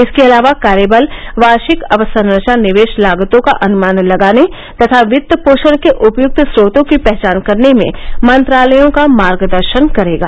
इसके अलावा कार्यबल वार्षिक अक्संरचना निवेश लागतों का अनुमान लगाने तथा वित्त पोषण के उपयुक्त स्रोतों की पहचान करने में मंत्रालयों का मार्गदर्शन करेगा